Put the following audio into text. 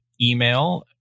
email